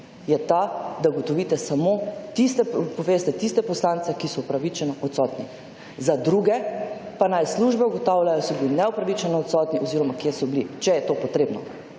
je ta, da ugotovite samo tiste, poveste tiste poslance, ki so upravičeno odsotni. Za druge pa naj službe ugotavljajo, ali so bili neupravičeno odsotni oziroma kje so bili, če je to potrebno,